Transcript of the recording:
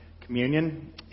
communion